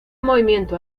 movimiento